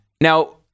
now